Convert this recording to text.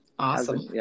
Awesome